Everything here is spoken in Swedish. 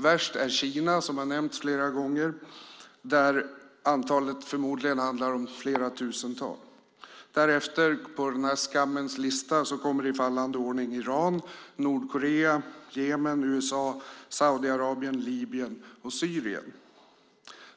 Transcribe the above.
Värst är Kina, som har nämnts flera gånger, där antalet förmodligen handlar om flera tusental. Därefter på denna skammens lista kommer i fallande ordning Iran, Nordkorea, Jemen, USA, Saudiarabien, Libyen och Syrien.